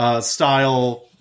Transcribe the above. Style